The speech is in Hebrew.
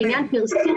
לעניין פרסום